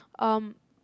um